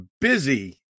busy